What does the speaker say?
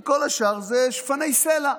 אבל כל השאר הם שפני סלע.